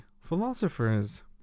philosophers